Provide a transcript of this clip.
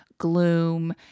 gloom